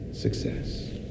success